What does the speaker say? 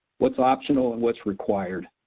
what's optional and what's required?